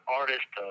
artist